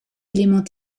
éléments